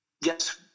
yes